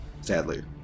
sadly